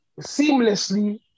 seamlessly